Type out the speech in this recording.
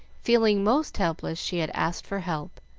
feeling most helpless, she had asked for help,